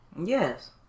yes